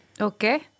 Okay